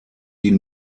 die